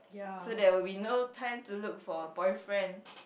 so there will be no time to look for a boyfriend